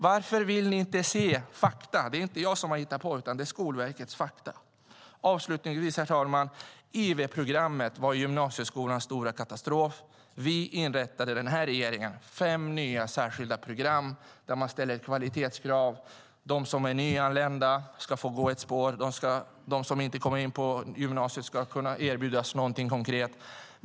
Varför vill ni inte se fakta? Det är inte jag som har hittat på det, utan det är Skolverkets fakta. Avslutningsvis, herr talman! IV-programmet var gymnasieskolans stora katastrof. Den här regeringen inrättade fem nya särskilda program där man ställer kvalitetskrav. De som är nyanlända ska få gå ett spår. De som inte kommer in på gymnasiet ska kunna erbjudas någonting konkret.